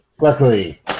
Luckily